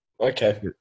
Okay